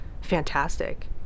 fantastic